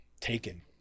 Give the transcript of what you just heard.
taken